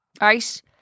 Right